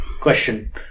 Question